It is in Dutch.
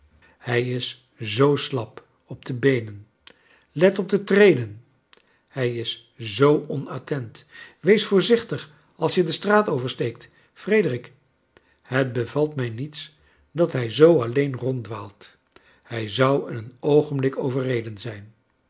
hij is zoo slap op de beenen let op de treden hij in zoo onattent wees voorzichtig als je de straat oversteekt frederick het bevalt mij nieis dat hij zoo alleen ronddwaalt hij zou in een oogenblik overreden zijn